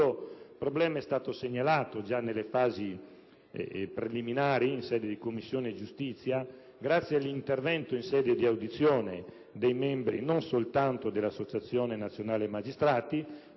problema è stato segnalato già nelle fasi preliminari in Commissione giustizia grazie all'intervento, nel corso delle audizioni, dei membri non soltanto dell'Associazione nazionale magistrati